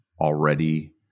already